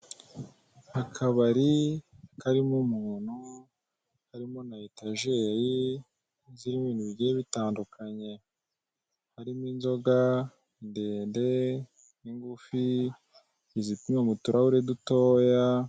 Akabari karimo umuntu karimo na etajeri zirimo ibintu bigiye bitandukanye. Harimo inzoga ndende, n'ingufi zipimwa mu turahuri dutoya,